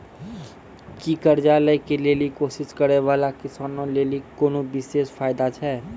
कि कर्जा लै के लेली कोशिश करै बाला किसानो लेली कोनो विशेष फायदा छै?